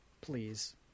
please